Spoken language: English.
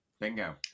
Bingo